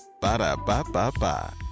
Ba-da-ba-ba-ba